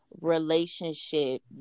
relationship